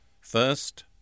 First